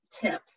tips